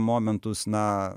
momentus na